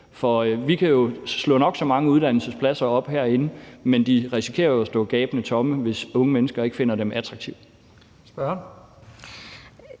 for vi kan slå nok så mange uddannelsespladser op herinde, men de risikerer jo at stå gabende tomme, hvis unge mennesker ikke finder dem attraktive.